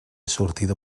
sortida